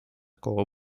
koło